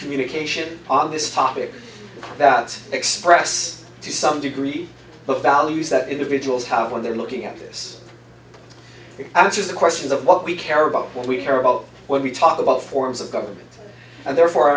communication on this topic that express to some degree of values that individuals have when they're looking at this answers to questions of what we care about what we care about when we talk about forms of government and therefore